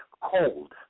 cold